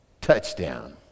Touchdown